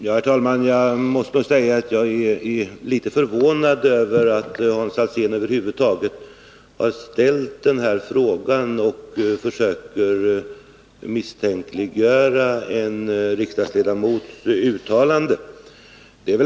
Herr talman! Jag är litet förvånad över att Hans Alsén över huvud taget har 1 ställt den här frågan och över att han försöker misstänkliggöra en 3 riksdagsledamots uttalanden.